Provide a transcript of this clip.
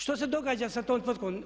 Što se događa sa tom tvrtkom?